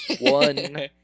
One